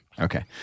Okay